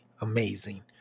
Amazing